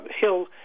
hill